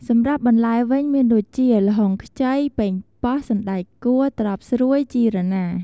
សម្រាប់បន្លែវិញមានដូចជា ល្ហុងខ្ចី ប៉េងប៉ោះ សណ្តែកគួ ត្រប់ស្រួយ ជីរណា។